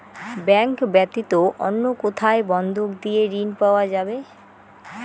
Bank ব্যাতীত অন্য কোথায় বন্ধক দিয়ে ঋন পাওয়া যাবে?